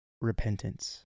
repentance